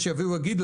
יש יבואו ויגידו,